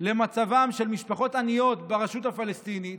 למצבן של משפחות עניות ברשות הפלסטינית,